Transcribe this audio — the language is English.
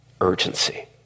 urgency